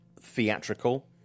theatrical